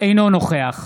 אינו נוכח